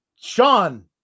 Sean